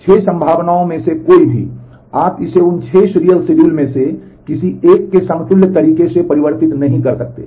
6 संभावनाओं में से कोई भी आप इसे उन 6 सीरियल शेड्यूल में से किसी एक के समतुल्य तरीके से परिवर्तित नहीं कर सकते